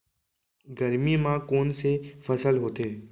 गरमी मा कोन से फसल होथे?